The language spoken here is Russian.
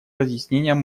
разъяснением